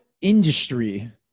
industry